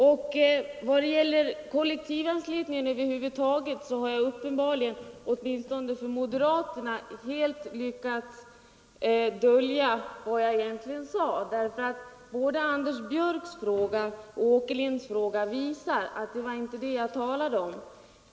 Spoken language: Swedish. I vad gäller kollektivanslutningen över huvud taget så har jag uppenbarligen åtminstone för moderaterna helt lyckats dölja vad jag egentligen ville säga. Både herr Björcks i Nässjö fråga och herr Åkerlinds fråga visar att de inte förstod vad jag talade om.